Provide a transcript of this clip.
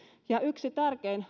ja tärkein